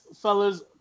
fellas